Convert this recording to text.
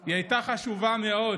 הייתה חשובה מאוד,